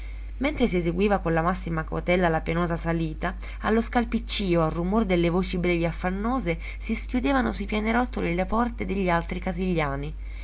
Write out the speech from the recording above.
mentre si eseguiva con la massima cautela la penosa salita allo scalpiccio al rumor delle voci brevi affannose si schiudevano sui pianerottoli le porte degli altri casigliani